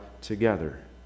together